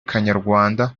kanyarwanda